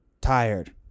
tired